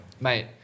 mate